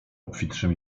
obfitszym